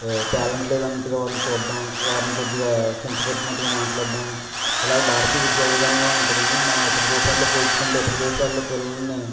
talent లేదు అన్నట్టుగా వారిని చూడడం వారిని కొద్దిగా కించపరిచినట్లుగా మాట్లాడ్డం ఇలా భారతీయ విద్యా విధానంలో ఉంటదండి మనం ఇతర దేశాల్లో పోల్చుకుంటే ఇతర దేశాల్లో పిల్లల్ని